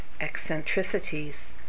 eccentricities